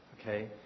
Okay